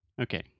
Okay